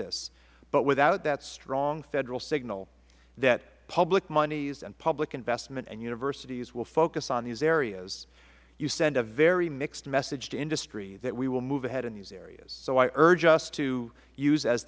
this but without that strong federal signal that public moneys and public investment and universities will focus on these areas you send a very mixed message to industry that we will move ahead in these areas so i urge us to use as